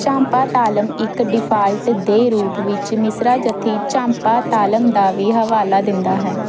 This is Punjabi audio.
ਝਾਂਪਾ ਤਾਲਮ ਇੱਕ ਡਿਫਾਲਟ ਦੇ ਰੂਪ ਵਿੱਚ ਮਿਸਰਾ ਜਥੀ ਝਾਂਪਾ ਤਾਲਮ ਦਾ ਵੀ ਹਵਾਲਾ ਦਿੰਦਾ ਹੈ